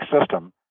system